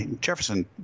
Jefferson